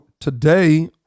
today